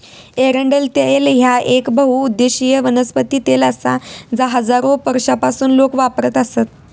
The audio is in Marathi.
एरंडेल तेल ह्या येक बहुउद्देशीय वनस्पती तेल आसा जा हजारो वर्षांपासून लोक वापरत आसत